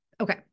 Okay